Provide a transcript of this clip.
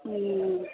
हुँ